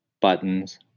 buttons